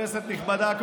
כנסת נכבדה,